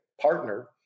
partner